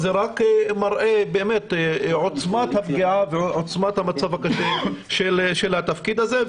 זה רק מראה את עוצמת הפגיעה ועוצמת המצב הקשה של התפקיד הזה.